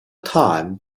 time